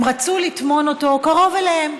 הם רצו לטמון אותו קרוב אליהם,